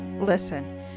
Listen